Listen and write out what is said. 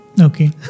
Okay